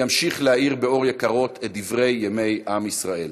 וימשיך להאיר באור יקרות את דברי ימי עם ישראל.